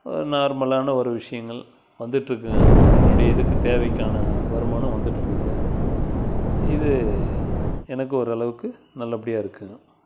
நார்மலான ஒரு விஷயங்கள் வந்துவிட்டு இருக்குங்க என்னுடைய இதுக்கு தேவைக்கான வருமானம் வந்துட்டுருக்கு சார் இது எனக்கு ஓரளவுக்கு நல்லபடியாக இருக்குங்க